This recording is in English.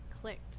clicked